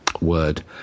Word